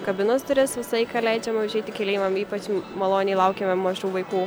kabinos duris visą laiką leidžiam užeiti keleiviam ypač maloniai laukiame mažų vaikų